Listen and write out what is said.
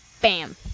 bam